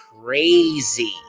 crazy